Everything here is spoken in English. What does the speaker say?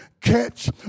catch